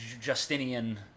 Justinian